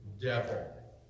devil